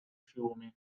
fiumi